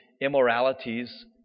immoralities